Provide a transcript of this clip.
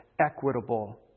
equitable